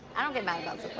i don't get mad